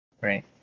right